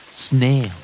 Snail